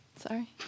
Sorry